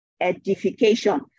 edification